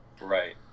right